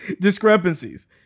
discrepancies